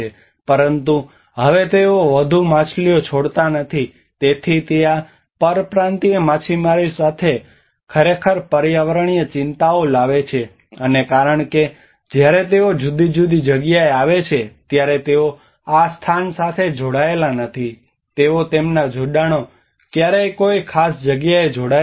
પરંતુ હવે તેઓ વધુ માછલીઓ છોડતા નથી તેથી તે આ પરપ્રાંતિય માછીમારો સાથે ખરેખર પર્યાવરણીય ચિંતાઓ લાવે છે અને કારણ કે જ્યારે તેઓ જુદી જુદી જગ્યાએ આવે છે ત્યારે તેઓ આ સ્થાન સાથે જોડાયેલા નથી તેઓ તેમના જોડાણો ક્યારેય કોઈ ખાસ જગ્યાએ જોડાયેલા નથી